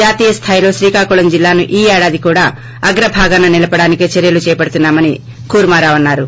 జాతీయ స్లాయిలో శ్రీకాకుళం జిల్లాను ఈ ఏడాది కూడా అగ్రభాగాన నిలపడానికి చర్యలు చేపడుతున్నా మని కూర్మారావు అన్నారు